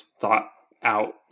thought-out